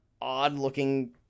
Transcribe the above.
odd-looking